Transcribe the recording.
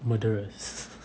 murderers